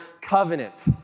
covenant